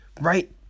Right